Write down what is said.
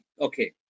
Okay